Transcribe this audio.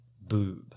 boob